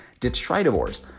Detritivores